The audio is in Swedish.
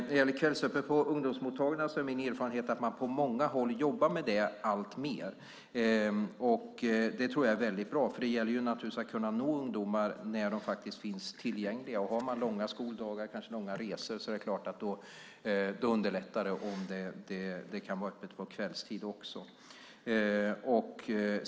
Beträffande kvällsöppet på ungdomsmottagningar är min erfarenhet att man på många håll jobbar med det alltmer. Det tror jag är väldigt bra, för det gäller naturligtvis att kunna nå ungdomar när de finns tillgängliga. Har man långa skoldagar och kanske långa resor är det klart att det underlättar om det kan vara öppet även kvällstid.